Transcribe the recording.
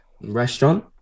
restaurant